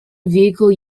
vehicle